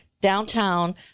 downtown